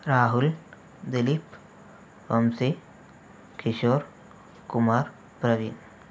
Rahul Dilip Vamsi Kishore Kumar Ravi